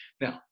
Now